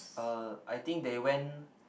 uh I think they went